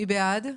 מי בעד ההסתייגות?